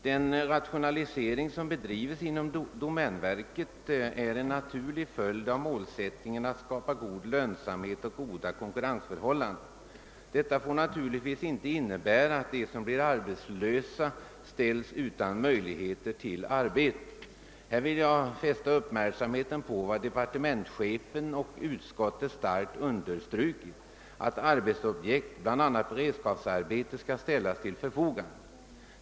Den rationalisering som bedrivs inom domänverket är en naturlig följd av målsättningen att skapa god lönsamhet och goda konkurrensförhållanden. Men detta får naturligtvis inte innebära att de som blir arbetslösa utestänges från möjligheten att få arbete. Här vill jag fästa uppmärksamheten på vad departementschefen och utskottet starkt understrukit, nämligen att arbetsobjekt, bl.a. beredskapsarbete, skall ställas till förfogande.